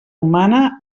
humana